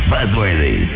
Buzzworthy